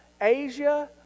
Asia